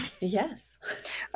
Yes